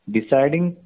Deciding